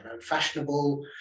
fashionable